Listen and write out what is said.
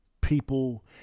people